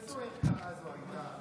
באיזו ערכאה זה היה?